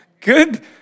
Good